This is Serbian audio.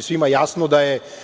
svima jasno da su